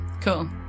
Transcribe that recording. cool